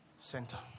center